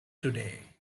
today